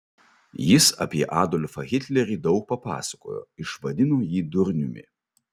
jis apie adolfą hitlerį daug papasakojo išvadino jį durniumi